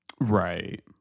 Right